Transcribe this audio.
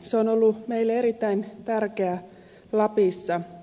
se on ollut meille erittäin tärkeä lapissa